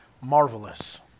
Marvelous